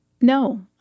No